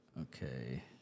Okay